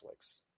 Netflix